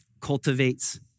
cultivates